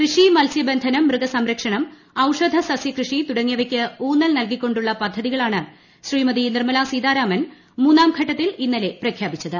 കൃഷി മത്സ്യബന്ധനം മൃഗസംരക്ഷണം ഔഷധ സസ്യ കൃഷി തുടങ്ങിയവയ്ക്ക് ഊന്നൽ നൽകികൊണ്ടുള്ള പദ്ധതികളാണ് ശ്രീമതി നിർമ്മലാ സീതാരാമൻ മൂന്നാം ഘട്ടത്തിൽ ജൂന്നലെ പ്രഖ്യാപിച്ചത്